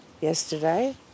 yesterday